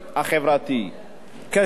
אנחנו באנו ואמרנו: